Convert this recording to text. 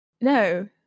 No